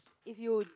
if you